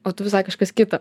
o tu visai kažkas kito